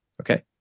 Okay